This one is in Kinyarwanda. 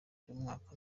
cy’umwaka